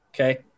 okay